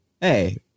Hey